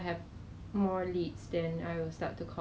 yeah yeah yeah why you got buy ah I never buy eh